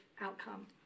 outcome